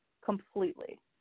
completely